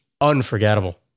unforgettable